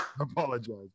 Apologize